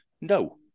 No